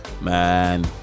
Man